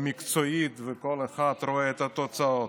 וכל אחד רואה את התוצאות.